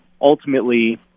ultimately